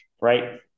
right